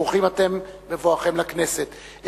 ברוכים אתם בבואכם לכנסת.